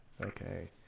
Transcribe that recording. Okay